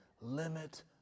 limit